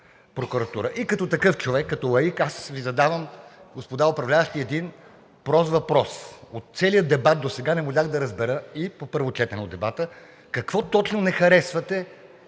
И като такъв човек, като лаик, аз Ви задавам, господа управляващи, един прост въпрос. От целия дебат досега не можах да разбера, а и от първо четене от дебата, какво точно не харесвате